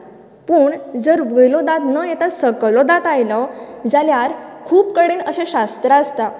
पूण जर वयलो दांत न येता सकयलो दांत आयलो जाल्यार खूब कडेन अशें शास्र आसता